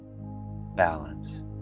balance